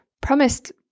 promised